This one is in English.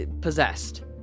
possessed